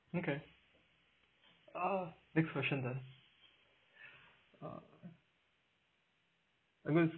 okay uh next question then uh